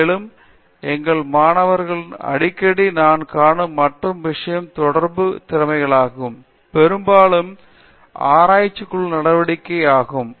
மேலும் எங்கள் மாணவர்களிடையே அடிக்கடி நான் காணும் மற்ற விஷயங்கள் தொடர்பு திறமைகளாகும் பெரும்பாலும் ஆராய்ச்சி குழு நடவடிக்கை ஆகும்